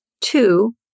Two